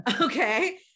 Okay